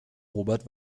robert